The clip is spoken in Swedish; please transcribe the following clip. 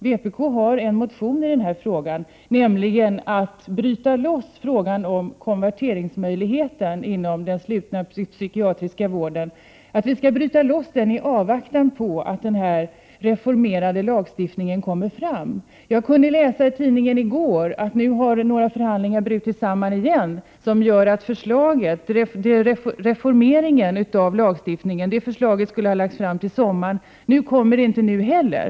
Vpk har en motion i denna fråga, en motion som handlar om att bryta loss konverteringsmöjligheten inom den slutna psykiatriska vården i avvaktan på att den reformerade lagstiftningen blir verklighet. Jag kunde läsa i tidningen i går att några förhandlingar på nytt har brutit samman, vilket gör att förslaget till reformering av lagstiftningen, vilket skulle ha lagts fram till sommaren, | inte kommer nu heller.